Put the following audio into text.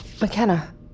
McKenna